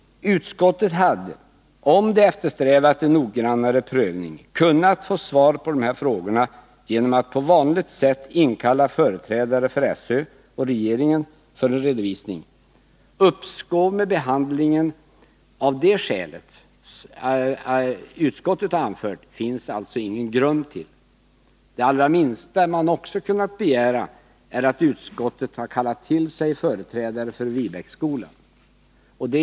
Utskottet hade, om man eftersträvat en noggrannare prövning, kunnat få svar på de här frågorna genom att på vanligt sätt inkalla företrädare för SÖ och regeringen för en redovisning. Uppskov med behandlingen av det skäl som utskottet anfört finns det således ingen grund till. Det allra minsta man hade kunnat begära är att utskottet kallat till sig företrädare för Viebäcksskolan.